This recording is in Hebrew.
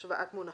השוואת המונחים.